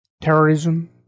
Terrorism